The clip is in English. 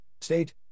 state